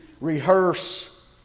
rehearse